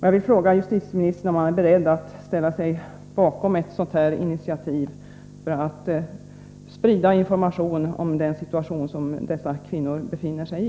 Jag vill fråga justitieministern om han är beredd att ställa sig bakom ett sådant här initiativ för att sprida information om den situation dessa kvinnor befinner sig i.